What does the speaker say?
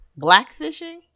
blackfishing